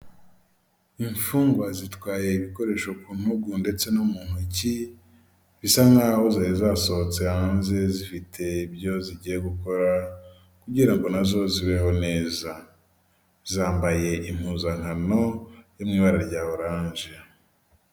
Imfungwa zitwaye ibikoresho ku ntugu ndetse no mu ntoki, bisa nkaho zari zasohotse hanze zifite ibyo zigiye gukora kugira nazo zibeho neza, zambaye impuzankano zo mu ibara rya oranje.